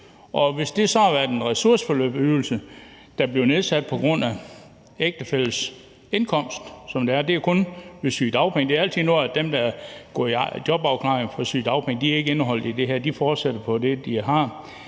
hvis det så har været en ressourceforløbsydelse, der bliver nedsat på grund af ægtefællens indkomst, som det er – det er jo altid noget, at dem der går i jobafklaring på sygedagpenge, ikke er indeholdt i det her, for de fortsætter på det, de har